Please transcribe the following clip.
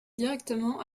directement